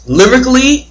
lyrically